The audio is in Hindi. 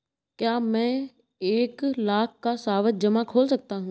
क्या मैं एक लाख का सावधि जमा खोल सकता हूँ?